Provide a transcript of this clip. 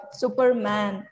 superman